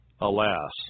Alas